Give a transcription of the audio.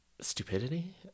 Stupidity